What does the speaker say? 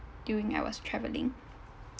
during I was travelling